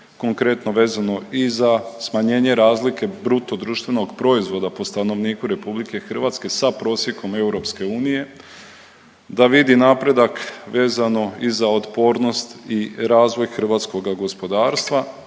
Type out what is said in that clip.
konkretno vezano i za smanjenje razlike bruto društvenog proizvoda po stanovniku Republike Hrvatske sa prosjekom EU, da vidi napredak vezano i za otpornost i razvoj hrvatskoga gospodarstva